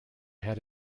had